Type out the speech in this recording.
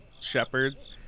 shepherds